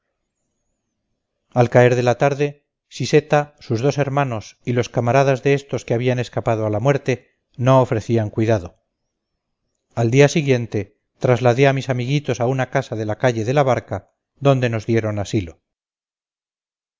al caer de la tarde siseta sus dos hermanos y los camaradas de estos que habían escapado a la muerte no ofrecían cuidado al día siguiente trasladé a mis amiguitos a una casa de la calle de la barca donde nos dieron asilo